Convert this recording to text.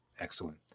Excellent